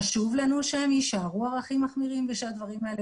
חשוב לנו שהם יישארו ערכים מחמירים ושהדברים האלה